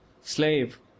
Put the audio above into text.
slave